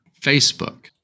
Facebook